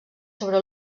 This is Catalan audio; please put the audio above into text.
sobre